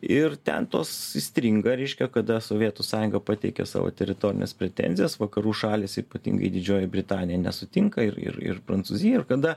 ir ten tos stringa reiškia kada sovietų sąjunga pateikė savo teritorines pretenzijas vakarų šalys ypatingai didžioji britanija nesutinka ir ir ir prancūzija ir kada